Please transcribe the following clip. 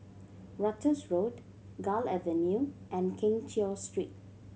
Ratus Road Gul Avenue and Keng Cheow Street